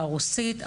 הרוסית,